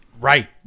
Right